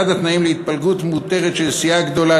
אחד התנאים להתפלגות מותרת של סיעה גדולה,